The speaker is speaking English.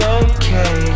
okay